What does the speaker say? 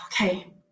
okay